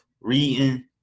reading